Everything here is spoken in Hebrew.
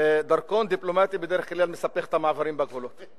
דרכון דיפלומטי בדרך כלל מסבך את המעברים בגבולות.